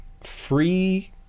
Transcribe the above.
free